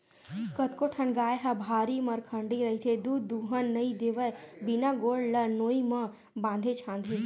कतको ठन गाय ह भारी मरखंडी रहिथे दूद दूहन नइ देवय बिना गोड़ ल नोई म बांधे छांदे